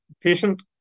patient